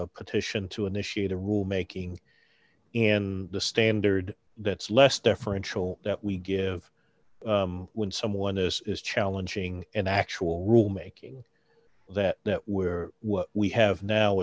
of petition to initiate a rule making in the standard that's less differential that we give when someone this is challenging an actual rule making that what we have now